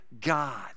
God